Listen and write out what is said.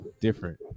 different